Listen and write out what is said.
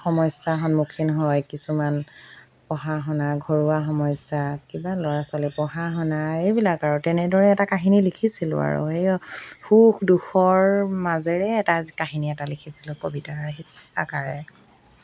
সমস্যাৰ সন্মুখীন হয় কিছুমান পঢ়া শুনা ঘৰুৱা সমস্যা কিবা ল'ৰা ছোৱালী পঢ়া শুনা এইবিলাক আৰু তেনেদৰে এটা কাহিনী লিখিছিলোঁ আৰু সেই সুখ দুখৰ মাজেৰে এটা কাহিনী এটা লিখিছিলোঁ কবিতাৰ আকাৰেৰে